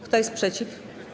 Kto jest przeciw?